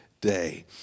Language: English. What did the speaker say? day